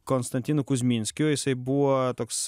konstantinu kuzminskiu jisai buvo toks